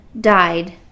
died